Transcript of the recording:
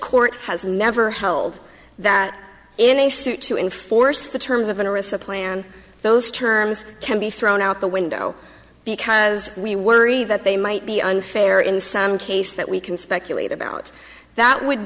court has never held that in a suit to enforce the terms of interest supplant those terms can be thrown out the window because we worry that they might be unfair in some case that we can speculate about that would